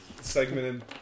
Segmented